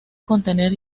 contener